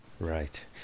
right